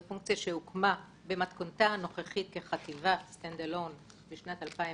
זאת פונקציה שהוקמה כחטיבת stand alone בשנת 2010,